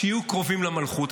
שיהיו קרובים למלכות.